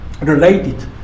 related